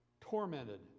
tormented